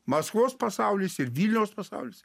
maskvos pasaulis ir vilniaus pasaulis